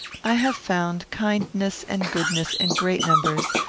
i have found kindness and goodness in great numbers,